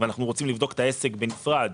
ואנחנו רוצים לבדוק את העסק בנפרד.